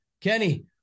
Kenny